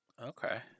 okay